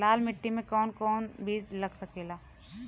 लाल मिट्टी में कौन कौन बीज लग सकेला?